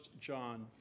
John